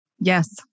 Yes